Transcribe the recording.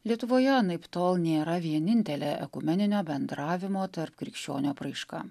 lietuvoje anaiptol nėra vienintelė ekumeninio bendravimo tarp krikščionių apraiška